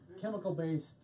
chemical-based